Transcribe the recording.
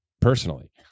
personally